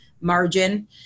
margin